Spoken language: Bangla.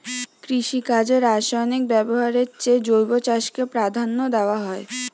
কৃষিকাজে রাসায়নিক ব্যবহারের চেয়ে জৈব চাষকে প্রাধান্য দেওয়া হয়